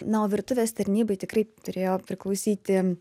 na o virtuvės tarnybai tikrai turėjo priklausyti